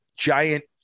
giant